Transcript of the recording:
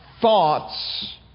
thoughts